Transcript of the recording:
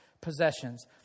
possessions